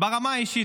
ברמה האישית.